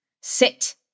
Sit